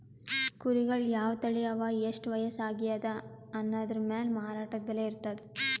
ಕುರಿಗಳ್ ಯಾವ್ ತಳಿ ಅವಾ ಎಷ್ಟ್ ವಯಸ್ಸ್ ಆಗ್ಯಾದ್ ಅನದ್ರ್ ಮ್ಯಾಲ್ ಮಾರಾಟದ್ ಬೆಲೆ ಇರ್ತದ್